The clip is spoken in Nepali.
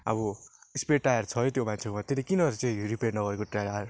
अब स्पेयर टायर छ त्यो मान्छेकोमा त्यसले किन चाहिँ रिपेयर नगरेको टायर